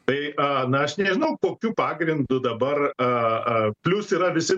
tai a na aš nežinau kokiu pagrindu dabar a a plius yra visi